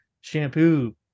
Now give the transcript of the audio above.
shampoo